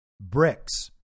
Bricks